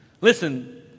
Listen